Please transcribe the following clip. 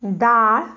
दाळ